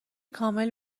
کامل